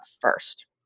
first